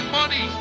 money